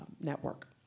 network